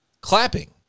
Clapping